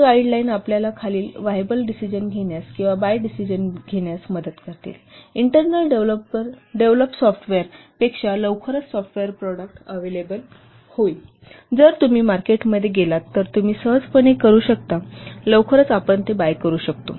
या guide line आपल्याला खालील व्हायबल डिसिजन घेण्यास किंवा बाय डिसिजन मदत करतील इंटर्नल डेव्हलोप सॉफ्टवेअर पेक्षा लवकरच सॉफ्टवेअर प्रॉडक्ट अव्हेलेबल होईल जर तुम्ही मार्केटमध्ये गेलात तर तुम्ही सहजपणे करू शकता लवकरच आपण ते बाय करू शकता